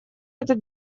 этот